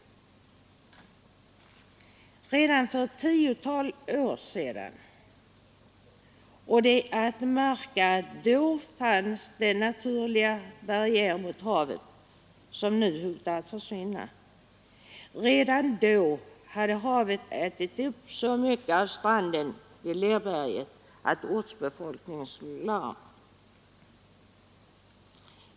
Redan för ett tiotal år sedan — och det är att märka att då fanns den naturliga barriär mot havet som nu hotar att försvinna — hade havet ätit upp så mycket av stranden vid Lerberget att ortsbefolkningen slog larm.